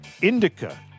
Indica